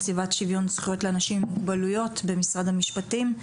נציבת שוויון זכויות לאנשים עם מוגבלויות במשרד המשפטים,